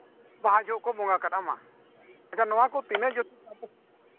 ᱵᱟᱦᱟ ᱡᱚᱦᱚᱜ ᱠᱚ ᱵᱚᱸᱜᱟ ᱠᱟᱱᱟ ᱢᱟ ᱟᱪᱪᱷᱟ ᱱᱚᱣᱟ ᱠᱚ ᱛᱤᱱᱟᱹᱜ ᱡᱚᱛᱷᱟᱛᱟ